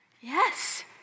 Yes